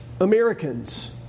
Americans